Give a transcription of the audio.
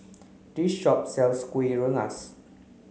this shop sells Kuih Rengas